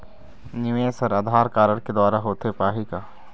निवेश हर आधार कारड के द्वारा होथे पाही का?